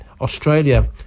Australia